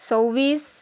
सव्वीस